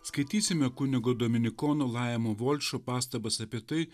skaitysime kunigo dominikonų laimo volšo pastabas apie tai